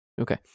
Okay